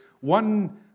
one